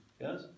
yes